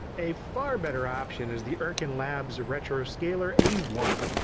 a far better option is the irken labs retro scaler a one,